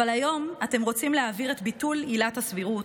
אבל היום אתם רוצים להעביר את ביטול עילת הסבירות,